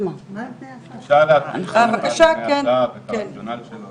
אפשר להסביר על תנאי הסף והרציונל שלהם,